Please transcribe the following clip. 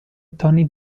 toni